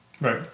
right